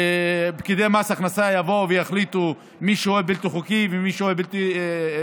שפקידי מס הכנסה יחליטו מי שוהה בלתי חוקי ומי שוהה חוקי,